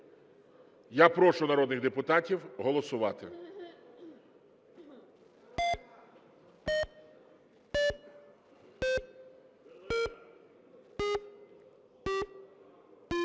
Я прошу народних депутатів голосувати.